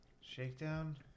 Shakedown